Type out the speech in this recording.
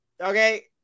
Okay